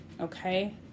Okay